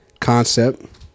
concept